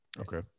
Okay